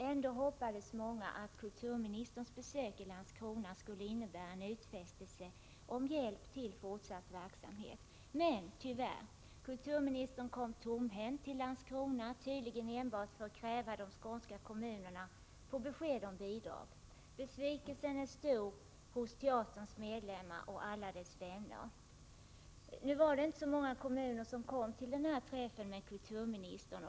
Ändå hoppades många att kulturministerns besök i Landskrona skulle innebära en utfästelse om hjälp till fortsatt verksamhet. Men kulturministern kom -— tyvärr — tomhänt till Landskrona, tydligen enbart för att kräva de skånska kommunerna på besked om bidrag. Besvikelsen är stor hos teaterns medlemmar och dess vänner. Det var inte så många kommuner som kom till träffen med kulturministern.